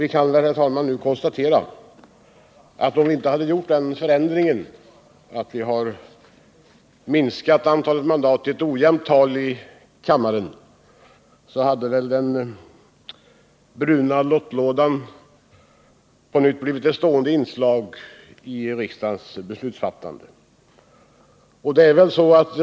Vi kan väl, herr talman, nu konstatera att om vi inte hade gjort den förändringen att vi minskat till ett ojämt antal mandat i kammaren, så hade den bruna lottlådan på nytt blivit ett stående inslag i riksdagens beslutsfattande.